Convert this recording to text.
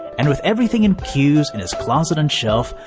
and with everything in queues in his closet and shelf,